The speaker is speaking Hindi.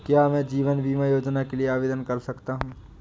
क्या मैं जीवन बीमा योजना के लिए आवेदन कर सकता हूँ?